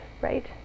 right